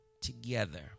together